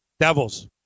Devils